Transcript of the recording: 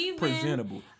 presentable